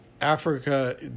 Africa